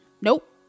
Nope